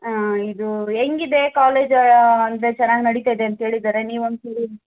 ಹಾಂ ಇದು ಹೇಗಿದೆ ಕಾಲೇಜು ಅಂದರೆ ಚೆನ್ನಾಗಿ ನಡೀತಾಯಿದೆ ಅಂತ ಹೇಳಿದ್ದಾರೆ ನೀವು ಒಂದ್ಸರಿ